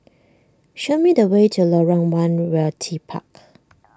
show me the way to Lorong one Realty Park